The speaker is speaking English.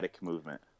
movement